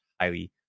highly